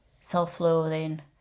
self-loathing